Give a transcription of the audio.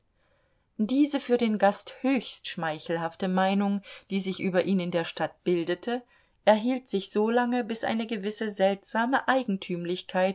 diese für den gast höchst schmeichelhafte meinung die sich über ihn in der stadt bildete erhielt sich so lange bis eine gewisse seltsame eigentümlichkeit